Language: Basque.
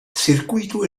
zirkuitu